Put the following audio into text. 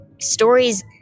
stories